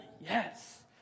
Yes